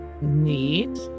Neat